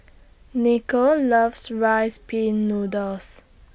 Nicole loves Rice Pin Noodles